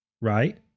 Right